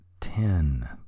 ten